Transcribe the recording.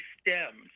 stems